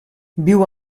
viu